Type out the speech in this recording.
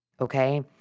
okay